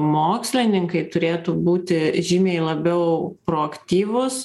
mokslininkai turėtų būti žymiai labiau proaktyvūs